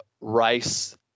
rice